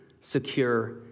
secure